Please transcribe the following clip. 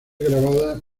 grabada